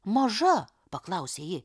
maža paklausė ji